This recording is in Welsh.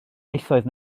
ieithoedd